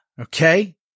okay